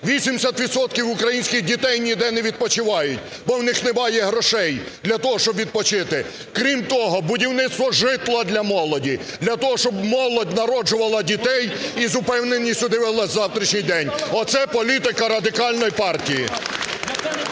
українських дітей ніде не відпочивають, бо у них немає грошей для того, щоб відпочити. Крім того, будівництво житла для молоді для того, щоб молодь народжувала дітей і з упевненістю дивилася на завтрашній день. Оце політика Радикальної партії.